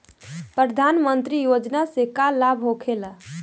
प्रधानमंत्री योजना से का लाभ होखेला?